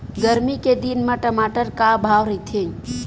गरमी के दिन म टमाटर का भाव रहिथे?